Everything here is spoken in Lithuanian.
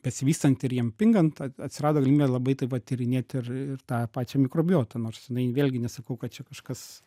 besivystant ir jiem pingant at atsirado galimybė labai taip vat tyrinėt ir ir tą pačią mikrobiotą nors jinai vėlgi nesakau kad čia kažkas